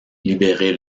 libéré